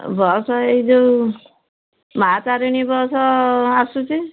ଆଉ ବସ୍ ଏଇ ଯୋଉ ମାଁ ତାରିଣୀ ବସ୍ ଆସୁଛି